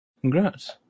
Congrats